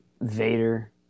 vader